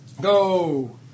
Go